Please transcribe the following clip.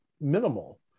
minimal